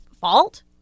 fault